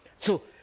so,